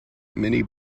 many